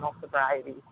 sobriety